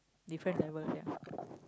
different level ya